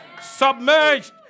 Submerged